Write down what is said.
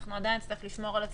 אנחנו עדיין נצטרך לשמור על עצמנו,